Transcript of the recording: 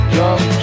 Drunk